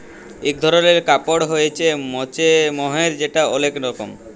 ইক ধরলের কাপড় হ্য়চে মহের যেটা ওলেক লরম